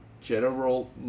General